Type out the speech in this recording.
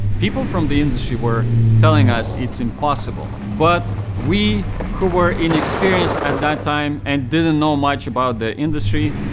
people from the industry were telling us it's impossible. but we, who were inexperienced at that time and didn't know much about the industry,